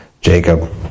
Jacob